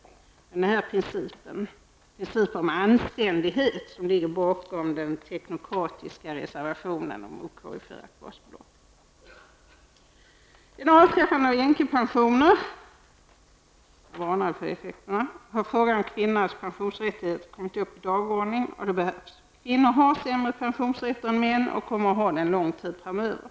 Det är den här typen av principer -- principer om anständighet -- som ligger bakom den teknokratiska reservationen om okorrigerat basbelopp. Genom avskaffandet av änkepensionen -- jag varnade för effekterna -- har frågan om kvinnans pensionsrättigheter kommit upp på dagordningen, och det behövs. Kvinnor har sämre pensionsrättigheter än män och kommer att ha det en lång tid framöver.